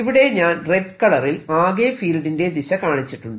ഇവിടെ ഞാൻ റെഡ് കളറിൽ ആകെ ഫീൽഡിന്റെ ദിശ കാണിച്ചിട്ടുണ്ട്